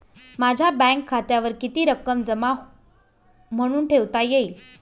माझ्या बँक खात्यावर किती रक्कम जमा म्हणून ठेवता येईल?